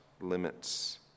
limits